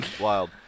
Wild